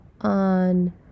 on